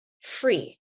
free